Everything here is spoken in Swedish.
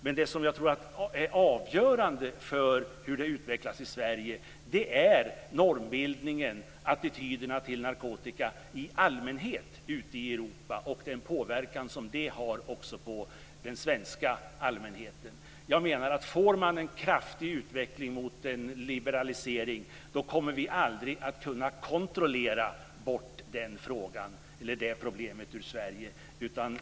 Men det som jag tror är avgörande för hur det utvecklar sig i Sverige är normbildningen och attityderna till narkotika i allmänhet ute i Europa och den påverkan som det har också på den svenska allmänheten. Jag menar att om man får en kraftig utveckling mot en liberalisering kommer vi aldrig att kunna kontrollera bort det problemet ur Sverige.